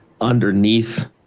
underneath